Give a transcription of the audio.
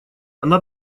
она